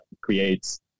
creates